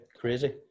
Crazy